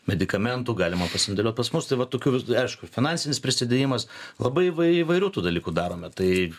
medikamentų galima pasiimti pas mus tai va tokių aišku finansinis prisidėjimas labai įvai įvairių tų dalykų darome tai